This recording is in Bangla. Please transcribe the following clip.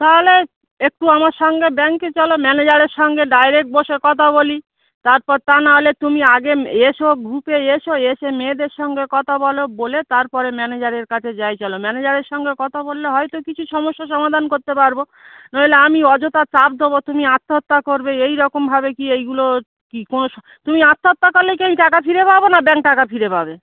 তাহলে একটু আমার সঙ্গে ব্যাংকে চলো ম্যানেজারের সঙ্গে ডাইরেক্ট বসে কথা বলি তারপর তা নাহলে তুমি আগে এসো গ্রুপে এসো এসে মেয়েদের সঙ্গে কথা বলো বলে তারপরে ম্যানেজারের কাছে যাই চলো ম্যানেজারের সঙ্গে কথা বললে হয়তো কিছু সমস্যার সমাধান করতে পারবো নইলে আমি অযথা চাপ দেবো তুমি আচ্ছা আচ্ছা করবে এই রকমভাবে কি এইগুলো কি কোনো সা তুমি আচ্ছা আচ্ছা করলে কি এই টাকা ফিরে পাবো না ব্যাংক টাকা ফিরে পাবে